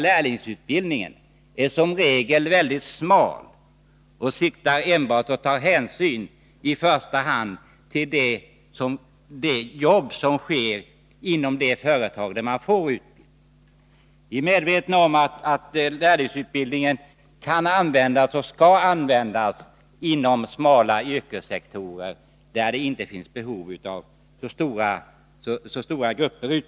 Lärlingsutbildningen är som regel mycket smal och siktar i första hand till utbildning för jobb inom det företag där utbildningen ges. Vi är medvetna om att lärlingsutbildning kan och skall användas inom smala yrkessektorer, där det inte finns behov av att utbilda stora grupper.